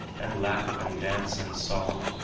and laugh and dance and song,